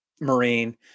Marine